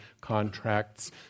contracts